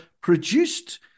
produced